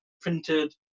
printed